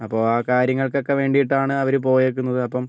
അപ്പം ആ കാര്യങ്ങൾക്കൊക്കെ വേണ്ടിയിട്ടാണ് അവർ പോയിരിക്കുന്നത് അപ്പം